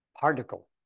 particle